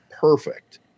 perfect